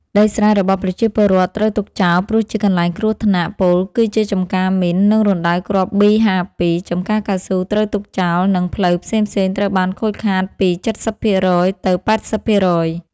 ដីស្រែរបស់ប្រជាពលរដ្ឋ ត្រូវទុកចោល ព្រោះជាកន្លែងគ្រោះថ្នាក់ ពោលគឺជាចម្ការមីន និងរណ្តៅគ្រាប់បី៥២ ចម្ការកៅស៊ូត្រូវទុកចោល និងផ្លូវផ្សេងៗត្រូវបានខូតខាតពី៧០ភាគរយ ទៅ៨០ភាគរយ។